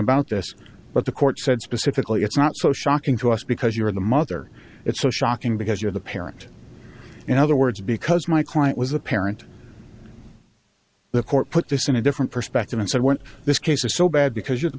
about this but the court said specifically it's not so shocking to us because you're the mother it's so shocking because you're the parent in other words because my client was a parent the court put this in a different perspective and said when this case is so bad because you're the